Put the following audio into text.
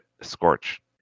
Scorch